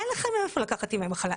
אין לך מאיפה לקחת ימי מחלה.